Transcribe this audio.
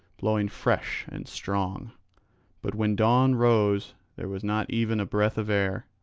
blowing fresh and strong but when dawn rose there was not even a breath of air.